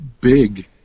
big